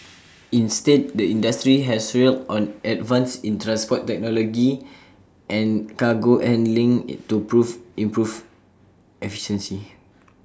instead the industry has relied on advances in transport technology and cargo handling IT to prove improve efficiency